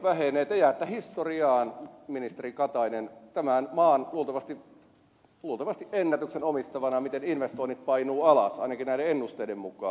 te jäätte historiaan ministeri katainen tämän maan luultavasti ennätyksen omistavana siinä miten investoinnit painuvat alas ainakin näiden ennusteiden mukaan